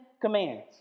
commands